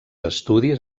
estudis